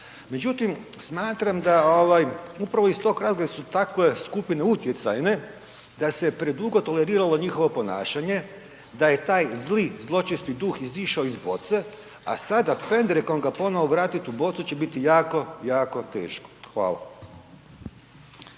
Međutim, smatram da upravo iz tog razloga jer su takve skupine utjecajne da se predugo toleriralo njihovo ponašanje, da je taj zli zločesti duh izišao iz boce, a sada pendrekom ga ponovo vratiti u bocu će biti jako, jako teško. Hvala.